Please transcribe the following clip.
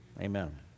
Amen